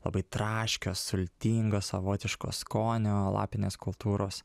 labai traškios sultingos savotiško skonio lapinės kultūros